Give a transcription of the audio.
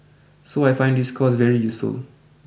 so I find this course very useful